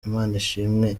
imanishimwe